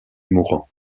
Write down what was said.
mourant